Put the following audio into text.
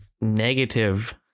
negative